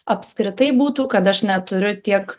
apskritai būtų kad aš neturiu tiek